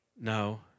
no